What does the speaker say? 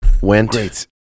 went